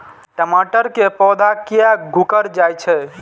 टमाटर के पौधा किया घुकर जायछे?